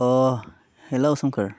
अ' hello सोमखोर